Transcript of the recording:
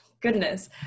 Goodness